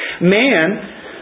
man